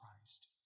Christ